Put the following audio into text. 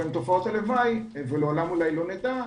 עם תופעות הלוואי ולעולם אולי לא נדע,